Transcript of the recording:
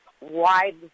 wide